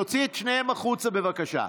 תוציא את שניהם החוצה, בבקשה.